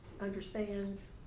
understands